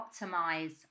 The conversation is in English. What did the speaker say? optimize